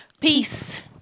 Peace